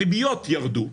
הריביות ירדו,